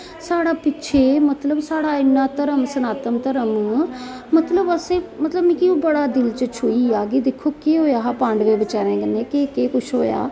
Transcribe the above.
साढ़ा पिच्छे मतलब साढ़ा इन्ना घर्म सनातन घर्म मतलब अस मिकी बड़ा दिल गी छ्होई गेआ दिक्खो केह् होआ हा पांडवें बचारे कन्नै केह् केह् कुछ होआ